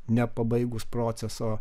nepabaigus proceso